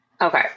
Okay